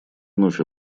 вновь